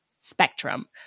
spectrum